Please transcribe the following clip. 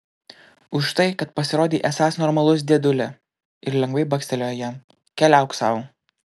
už tai kad pasirodei esąs normalus dėdulė ir lengvai bakstelėjo jam keliauk sau